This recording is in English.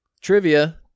Trivia